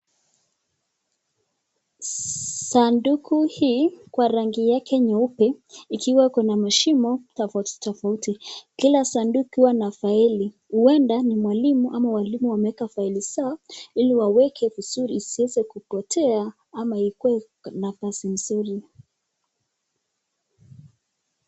Saduku hii kwa rangi yake nyeupe ikiwa kuna mashimo tofauti tofauti ,kila saduku huwa na faili huenda ni mwalimu ama walimu wameweka faili zao ili waweke vizuri isiweze kupotea ama ikuwe nafasi nzuri.